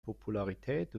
popularität